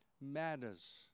matters